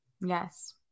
Yes